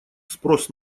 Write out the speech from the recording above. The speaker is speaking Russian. спрос